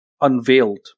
unveiled